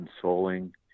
consoling